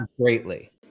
greatly